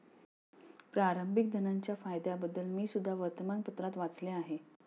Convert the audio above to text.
प्रारंभिक धनाच्या फायद्यांबद्दल मी सुद्धा वर्तमानपत्रात वाचले आहे